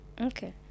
okay